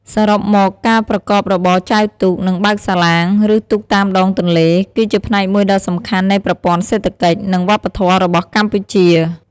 សរុបមក ការប្រកបរបរចែវទូក និងបើកសាឡាង ឬទូកតាមដងទន្លេ គឺជាផ្នែកមួយដ៏សំខាន់នៃប្រព័ន្ធសេដ្ឋកិច្ច និងវប្បធម៌របស់កម្ពុជា។